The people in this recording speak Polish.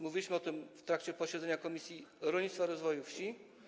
Mówiliśmy o tym w trakcie posiedzenia Komisji Rolnictwa i Rozwoju Wsi.